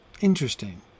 Interesting